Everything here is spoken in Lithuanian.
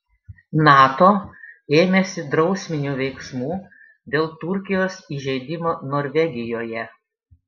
nato ėmėsi drausminių veiksmų dėl turkijos įžeidimo norvegijoje